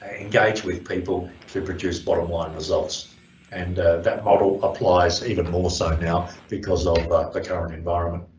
ah engage with people to produce bottom-line results and that model applies even more so now because of but the current environment.